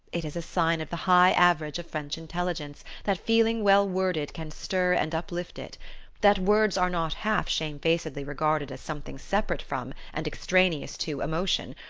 it is a sign of the high average of french intelligence that feeling well-worded can stir and uplift it that words are not half shamefacedly regarded as something separate from, and extraneous to, emotion,